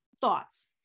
thoughts